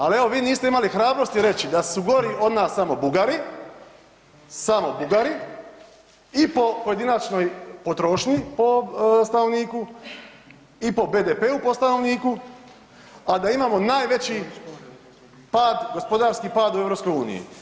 Ali evo vi niste imali hrabrosti reći da su gori od nas samo Bugari, samo Bugari i po pojedinačnoj potrošnji po stanovniku i po BDP-u po stanovniku, a da imamo najveći pad gospodarski pad u EU.